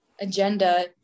agenda